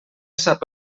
sap